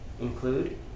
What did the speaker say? include